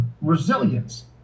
resilience